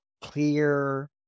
clear